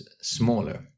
smaller